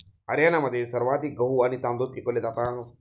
हरियाणामध्ये सर्वाधिक गहू आणि तांदूळ पिकवले जातात